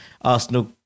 Arsenal